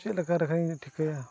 ᱪᱮᱫ ᱞᱮᱠᱟ ᱨᱮᱠᱷᱟᱱ ᱤᱧ ᱴᱷᱤᱠᱟᱹᱭᱟ